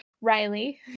riley